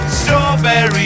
strawberry